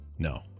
No